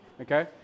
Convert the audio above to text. Okay